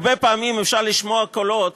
הרבה פעמים אפשר לשמוע קולות,